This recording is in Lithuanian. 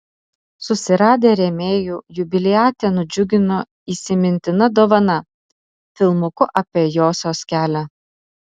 susiradę rėmėjų jubiliatę nudžiugino įsimintina dovana filmuku apie josios kelią